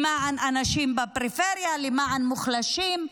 למען אנשים בפריפריה, למען מוחלשים.